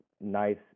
nice